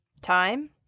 time